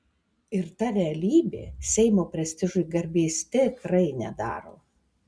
ir ta realybė seimo prestižui garbės tikrai nedaro